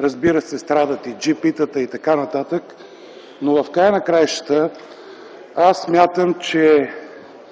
разбира се, страдат и джипитата, и така нататък. В края на краищата, аз смятам, че